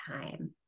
time